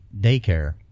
Daycare